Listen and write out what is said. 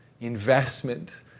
investment